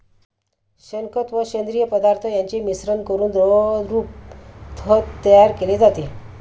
शेणखत व सेंद्रिय पदार्थ यांचे मिश्रण करून द्रवरूप खत तयार केले जाते